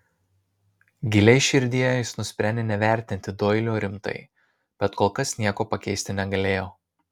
giliai širdyje jis nusprendė nevertinti doilio rimtai bet kol kas nieko pakeisti negalėjo